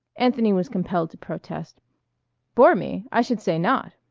anthony was compelled to protest bore me? i should say not!